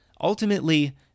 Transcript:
Ultimately